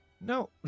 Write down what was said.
No